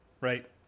right